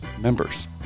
members